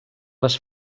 les